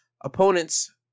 Opponents